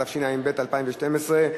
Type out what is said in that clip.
התשע"ב 2012,